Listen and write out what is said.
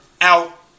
out